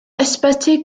ysbyty